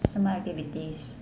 什么 activities